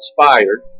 inspired